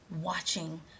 watching